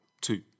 two